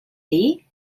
dir